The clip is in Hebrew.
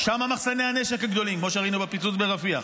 שם מחסני הנשק הגדולים, כמו שראינו בפיצוץ ברפיח.